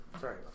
Sorry